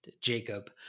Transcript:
Jacob